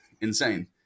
insane